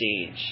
stage